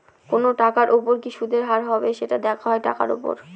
কোনো টাকার উপর কি সুদের হার হবে, সেটা দেখা হয় টাকার উপর